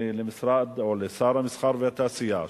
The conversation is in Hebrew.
למשרד או לשר המסחר והתעשייה,